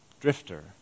drifter